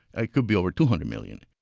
ah it could be over two hundred million.